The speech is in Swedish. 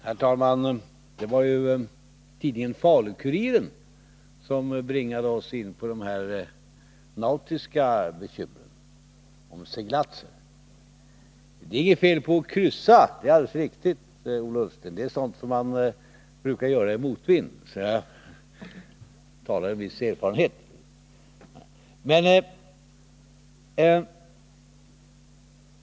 Herr talman! Det var ju tidningen Falu-Kuriren som bringade oss in på de nautiska bekymren. Det är inget fel på att kryssa, Ola Ullsten. Det är sådant man brukar göra i motvind, så här talar en viss erfarenhet.